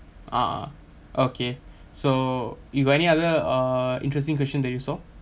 ah okay so you got any other uh interesting question that you saw